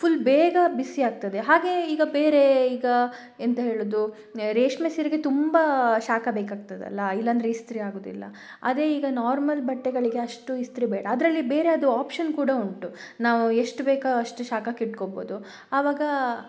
full ಬೇಗ ಬಿಸಿ ಆಗ್ತದೆ ಹಾಗೆ ಈಗ ಬೇರೆ ಈಗ ಎಂತ ಹೇಳೋದು ರೇಷ್ಮೆ ಸೀರೆಗೆ ತುಂಬ ಶಾಖ ಬೇಕಾಗ್ತದಲ್ಲ ಇಲ್ಲ ಅಂದರೆ ಇಸ್ತ್ರಿ ಆಗೋದಿಲ್ಲ ಅದೇ ಈಗ ನಾರ್ಮಲ್ ಬಟ್ಟೆಗಳಿಗೆ ಅಷ್ಟು ಇಸ್ತ್ರಿ ಬೇಡ ಅದರಲ್ಲಿ ಬೇರೆ ಅದು ಆಪ್ಶನ್ ಕೂಡ ಉಂಟು ನಾವು ಎಷ್ಟು ಬೇಕೋ ಅಷ್ಟು ಶಾಖಕ್ಕೆ ಇಟ್ಕೋಬೌದು ಆವಾಗ